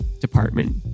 department